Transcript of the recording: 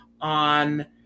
on